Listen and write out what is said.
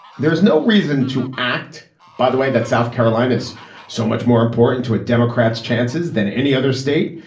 there is no reason to act by the way that south carolina is so much more important to a democrat's chances than any other state.